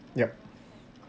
yup